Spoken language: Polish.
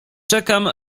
czekam